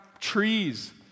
trees